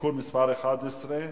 (תיקון מס' 11)